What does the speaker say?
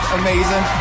amazing